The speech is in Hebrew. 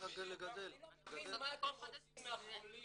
מה אתם רוצים מהחולים,